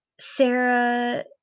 Sarah